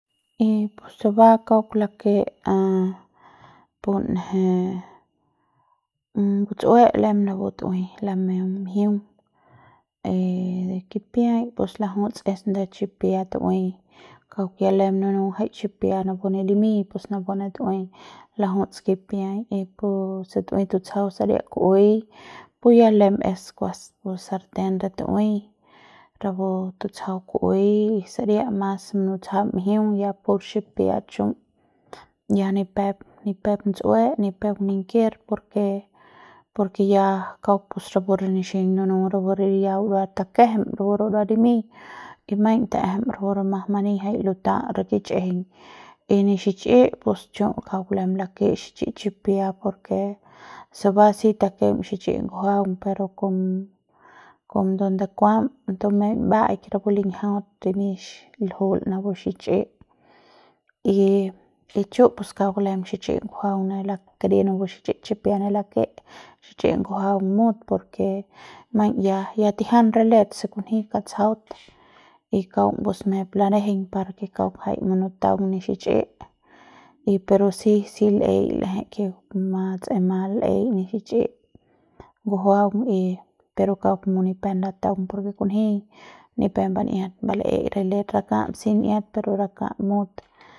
y pus se ba kauk lake punje ngutsue lem napu tu'ui lameung mjiung y de kipiai pus lajuts es nda chipia tu'ui kauk ya lem nunu jai chipia napu ne limiñ pus napu ne tu'ui lajuts kipiai y puse tu'ui tutsjau saria ku'uei pus ya lem es kuas pu sarten de tu'ui rapu tutsjau ku'uei y saria mas munutsjam mjiung ya pur xipia chu ya ni pep ni pep nts'ue ni peuk ninker por ke por ke ya kauk pus rapu re nixiñ nunu rapu re ya burua takejem rapu re burua limiñ y maiñ ta'ejem rapu re mas mani jai luta re kichjiñ y ni xich'i pus chu kauk lem lake xich'i chipia por ke se ba si takem xich'i ngujuaung pero kom kon donde kuam tumem baik rapu linjiaut rimix ljul napu xich'i y y chu pua kauk lem xich'i ngujuaung ne lak kari napu xich'i chipia napu ne lake xich'i ngujuaung mut por ke maiñ ya ya tijian re let se kunji katsjaut y kaung pus ngjai ni lanejeiñ par jai kauk munutaung ne xich'i y pero si l'ei l'ejei ke ma si ma l'ei ne xich'i ngujuaung pero kauk mut ni pep lataung por ke kunji ni pep ban'iat re let bal'ei rakap si n'iat y rakap mut.